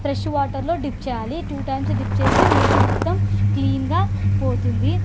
fresh వాటర్లో dip చేయాలి two times dip చేస్తే మురికి మొత్తం క్లీన్గా పోతుంది